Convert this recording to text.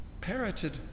parroted